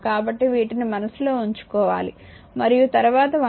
కాబట్టివీటిని మనస్సులో ఉంచుకోవాలి మరియు తరువాత 1